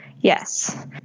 Yes